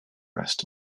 rest